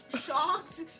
shocked